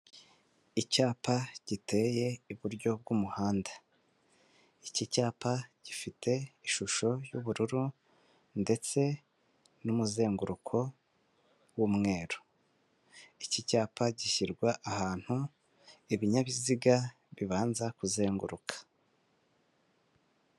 Icyapa giteye iburyo bw'umuhanda, iki cyapa gifite ishusho y'ubururu ndetse n'umuzenguruko w'umweru, iki cyapa gishyirwa ahantu ibinyabiziga bibanza kuzenguruka.